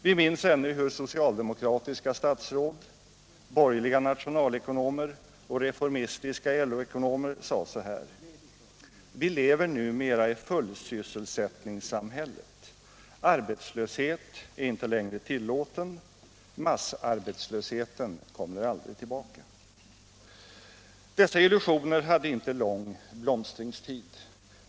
Vi minns ännu hur socialdemokratiska statsråd, borgerliga nationalekonomer och reformistiska LO-ekonomer sade: ”Vi lever numera i fullsysselsättningssamhället. Arbetslöshet är inte längre tillåten. Massarbetslösheten kommer aldrig tillbaka.” Dessa illusioner hade inte lång blomstringstid.